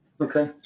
Okay